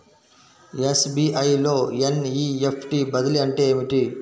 SBI లో NEFT బదిలీ అంటే ఏమిటి?